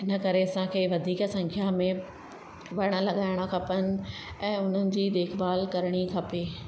इन करे असांखे वधीक संख्या में वण लॻाइण खपनि ऐं उन्हनि जी देखभालु करणी खपे